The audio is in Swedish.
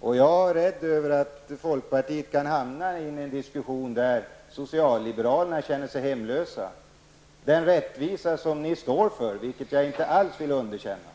Jag är rädd för att folkpartiet kan hamna i en diskussion där socialliberalerna känner sig hemlösa. Den rättvisa som folkpartisterna står för vill jag inte alls underkänna.